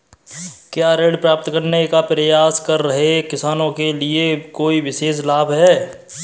क्या ऋण प्राप्त करने का प्रयास कर रहे किसानों के लिए कोई विशेष लाभ हैं?